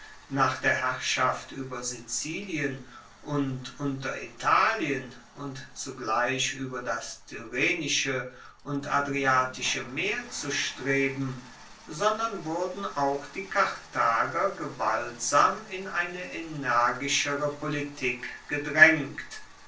nach der herrschaft ueber sizilien und unteritalien und zugleich ueber das tyrrhenische und adriatische meer zu streben sondern wurden auch die karthager gewaltsam in eine energischere politik gedraengt